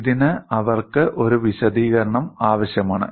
ഇതിന് അവർക്ക് ഒരു വിശദീകരണം ആവശ്യമാണ്